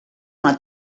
una